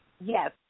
Yes